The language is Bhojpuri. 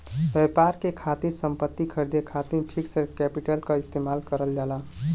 व्यापार के खातिर संपत्ति खरीदे खातिर फिक्स्ड कैपिटल क इस्तेमाल करल जाला